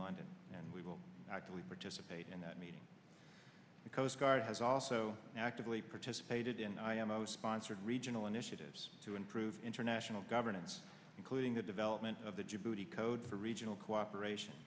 london and we will actively participate in that meeting the coast guard has also actively participated in imo sponsored regional initiatives to improve international governance including the development of the djibouti code for regional cooperation